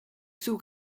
zoek